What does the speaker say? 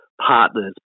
partners